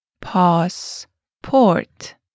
Passport